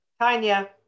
Tanya